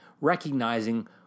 recognizing